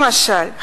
למשל,